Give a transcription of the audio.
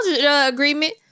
agreement